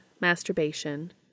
Masturbation